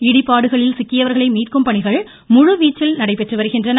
இடிபாடுகளில் சிக்கியவர்களை மீட்கும் பணிகள் முழுவீச்சில் நடைபெற்று வருகின்றன